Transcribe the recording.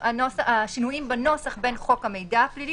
השינויים בנוסח בין חוק המידע הפלילי,